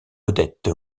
vedette